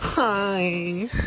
Hi